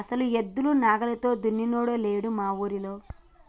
అసలు ఎద్దుల నాగలితో దున్నినోడే లేడు మా ఊరిలో